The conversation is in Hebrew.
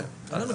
אין לנו.